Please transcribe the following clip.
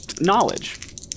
knowledge